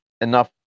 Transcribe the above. Enough